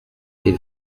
est